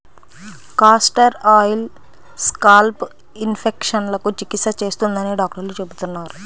castor oil scalp ఇన్ఫెక్షన్లకు చికిత్స చేస్తుందని డాక్టర్లు చెబుతున్నారు